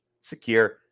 secure